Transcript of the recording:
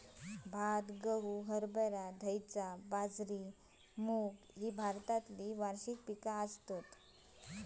भात, गहू, हरभरा, धैंचा, बाजरी, मूग ही भारतातली वार्षिक पिका आसत